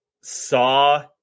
Saw